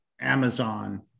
Amazon